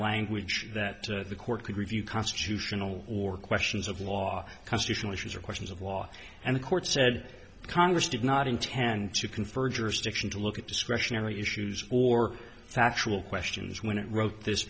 language that the court could review constitutional or questions of law constitutional issues or questions of law and the court said congress did not intend to confer jurisdiction to look at discretionary issues or factual questions when it wrote this